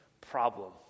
problem